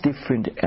different